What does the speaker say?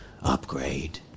upgrade